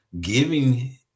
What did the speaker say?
Giving